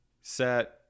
set